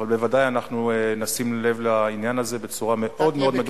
אבל בוודאי אנחנו נשים לב לעניין הזה בצורה מאוד מאוד מדוקדקת.